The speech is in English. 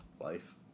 life